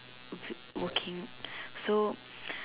working so